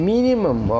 Minimum